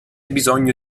bisogno